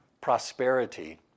prosperity